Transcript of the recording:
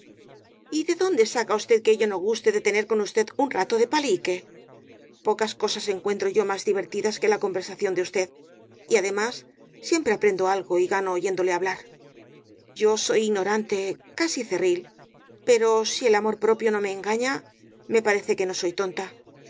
de dónde saca usted que yo no guste de tener con usted un rato de palique pocas cosas encuentro yo más divertidas que la conversación de usted y además siempre aprendo algo y gano oyéndole hablar yo soy ignorante casi cerril pe ro si el amor propio no me engaña me parece que no soy tonta